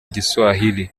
igiswahili